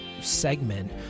segment